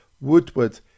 Woodward